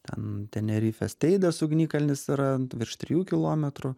ten tenerifės teidės ugnikalnis yra virš trijų kilometrų